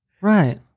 right